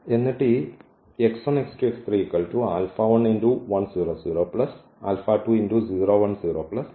എന്നിട്ട് ഈ